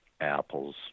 apples